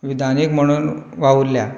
विधानीक म्हणून वावुरल्यां